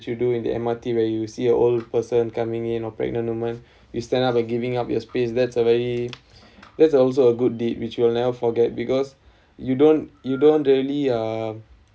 if you do in the M_R_T where you see a old person coming in or pregnant women you stand up and giving up your space that's a very that's also a good deed which you will never forget because you don't you don't really uh